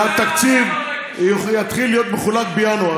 והתקציב יתחיל להיות מחולק בינואר,